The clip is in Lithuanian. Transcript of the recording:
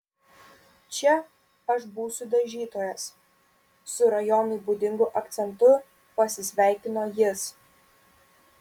čia aš būsiu dažytojas su rajonui būdingu akcentu pasisveikino jis